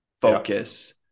focus